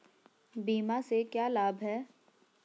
बीमा के क्या लाभ हैं?